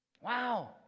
Wow